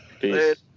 Peace